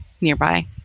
nearby